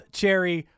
cherry